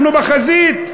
אנחנו בחזית,